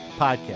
Podcast